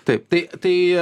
taip tai tai